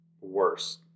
worse